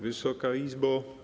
Wysoka Izbo!